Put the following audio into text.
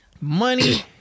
money